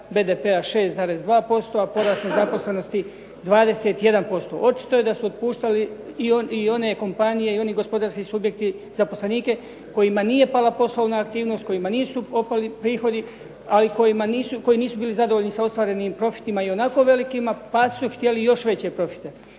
BDP-a 6,2%, a porast nezaposlenosti 21%. Očito je da su otpuštali i one kompanije i oni gospodarski subjekti zaposlenike kojima nije pala poslovna aktivnost, kojima nisu opali prihodi, ali koji nisu bili zadovoljni sa ostvarenim profitima i onako velikima pa su još htjeli veće profite.